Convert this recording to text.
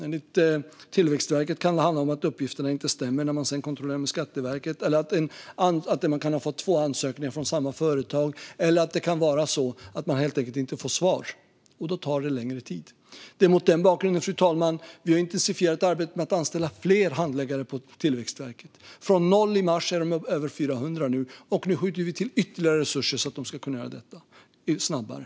Enligt Tillväxtverket kan det handla om att uppgifterna inte stämmer när de kontrolleras hos Skatteverket, att det har kommit två ansökningar från samma företag eller att man helt enkelt inte får svar. Då tar det längre tid. Det är mot den bakgrunden, fru talman, som vi har intensifierat arbetet med att anställa fler handläggare på Tillväxtverket. Från noll i mars är de nu över 400, och nu skjuter vi till ytterligare resurser så att de ska kunna göra detta snabbare.